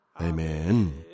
Amen